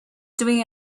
doing